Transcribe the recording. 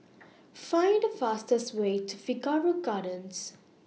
Find The fastest Way to Figaro Gardens